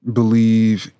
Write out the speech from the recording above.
believe